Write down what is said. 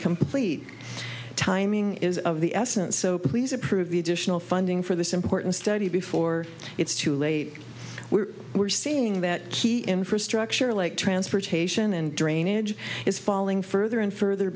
complete timing is of the essence so please approve the additional funding for this important study before it's too late we're seeing that key infrastructure like transportation and drainage is falling further and further